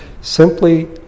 Simply